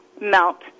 melt